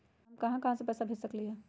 हम कहां कहां पैसा भेज सकली ह?